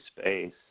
space